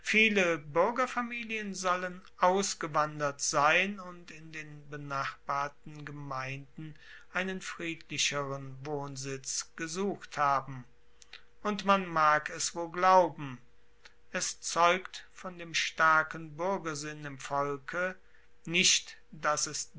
buergerfamilien sollen ausgewandert sein und in den benachbarten gemeinden einen friedlicheren wohnsitz gesucht haben und man mag es wohl glauben es zeugt von dem starken buergersinn im volk nicht dass es